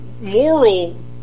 moral